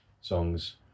songs